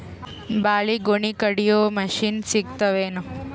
ಬಾಳಿಗೊನಿ ಕಡಿಯು ಮಷಿನ್ ಸಿಗತವೇನು?